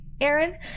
Aaron